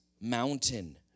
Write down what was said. mountain